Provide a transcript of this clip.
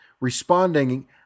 responding